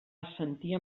assentir